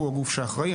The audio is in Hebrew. הוא הגוף שאחראי.